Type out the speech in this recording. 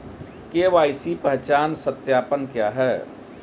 KYC पहचान सत्यापन क्या है?